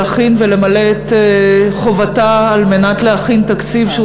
להכין ולמלא את חובתה על מנת להכין תקציב שהוא